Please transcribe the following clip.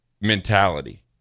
mentality